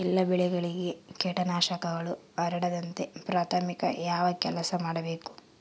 ಎಲ್ಲ ಬೆಳೆಗಳಿಗೆ ಕೇಟನಾಶಕಗಳು ಹರಡದಂತೆ ಪ್ರಾಥಮಿಕ ಯಾವ ಕೆಲಸ ಮಾಡಬೇಕು?